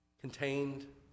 contained